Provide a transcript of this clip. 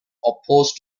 opposed